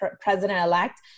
president-elect